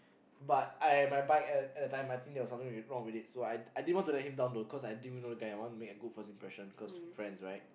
but I my bike at at that time there was something wr~ wrong with it I didn't want to let him down though because I didn't even know the guy I wanted to make a good impression cause friends right